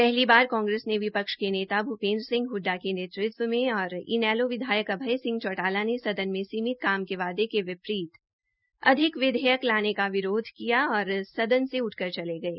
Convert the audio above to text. पहली बाार कांग्रेस ने विपक्ष के नेता भूपेन्द्र सिंह ह्ड्डा के नेतृत्व मे और इनेलो विधायक अभ्य सिह चौटाला ने सदन मे सीमित काम के वादे के विपरित अधिक विधेयक लाने का विरोध किया और सदन से उठकर चले गये